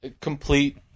complete